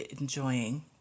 enjoying